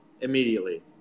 immediately